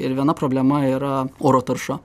ir viena problema yra oro tarša